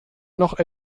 noch